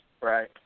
Right